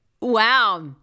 Wow